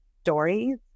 stories